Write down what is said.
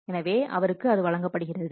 எனவே அவருக்கு வழங்கப்படுகிறது